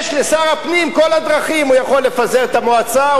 יש לשר הפנים כל הדרכים: הוא יכול לפזר את המועצה,